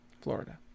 Florida